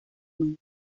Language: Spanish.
mal